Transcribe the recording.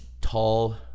tall